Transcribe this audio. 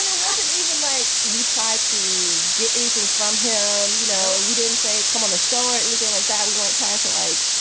and wasn't even like we tried to get anything from him. you know, we didn't say come on the show or and anything like that. we weren't trying to, like,